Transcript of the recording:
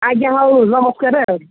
ଆଜ୍ଞା ହଉ ନମସ୍କାର ଆଉ